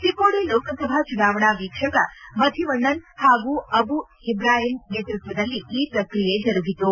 ಚಿಕ್ಕೋಡಿ ಲೋಕಸಭಾ ಚುನಾವಣಾ ವೀಕ್ಷಕ ಮಧಿವಣ್ಣನ್ ಪಾಗೂ ಅಬು ಹಿಬ್ರಾಹಿಂ ನೇತೃತ್ವದಲ್ಲಿ ಈ ಪ್ರಕ್ರಿಯೆ ಜರುಗಿತು